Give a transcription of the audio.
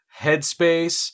headspace